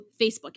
Facebook